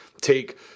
take